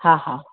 हा हा